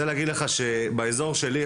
שבאזור שלי,